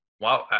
Wow